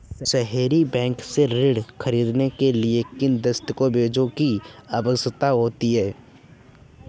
सहरी बैंक से ऋण ख़रीदने के लिए किन दस्तावेजों की आवश्यकता होती है?